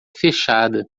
fechada